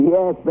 Yes